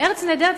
"ארץ נהדרת",